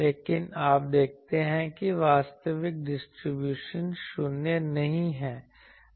लेकिन आप देखते हैं कि वास्तविक डिस्ट्रीब्यूशन शून्य नहीं है